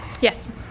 Yes